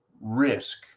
risk